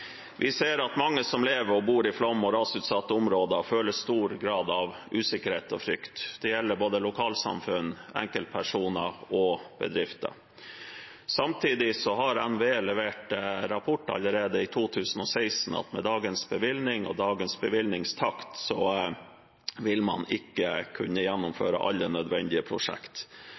Vi ser at mange som lever og bor i flom- og rasutsatte områder, føler stor grad av usikkerhet og frykt. Det gjelder både lokalsamfunn, enkeltpersoner og bedrifter. Samtidig har NVE levert rapporter allerede i 2016 som viser at med dagens bevilgning og dagens bevilgningstakt vil man ikke kunne gjennomføre alle nødvendige